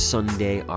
Sunday